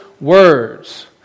words